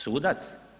Sudac?